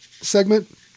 segment